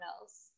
else